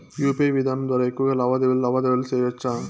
UPI విధానం ద్వారా ఎక్కువగా లావాదేవీలు లావాదేవీలు సేయొచ్చా?